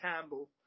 Campbell